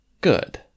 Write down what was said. Good